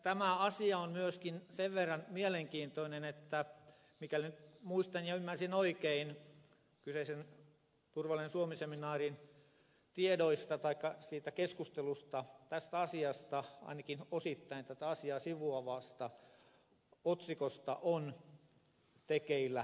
tämä asia on myöskin sen verran mielenkiintoinen mikäli nyt muistan ja ymmärsin oikein kyseisen turvallinen suomi seminaarin tiedoista taikka siitä keskustelusta että tästä asiasta ainakin osittain tätä asiaa sivuavasta otsikosta on tekeillä väitöskirja